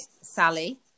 Sally